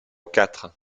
quatre